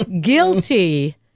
guilty